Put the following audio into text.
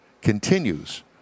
continues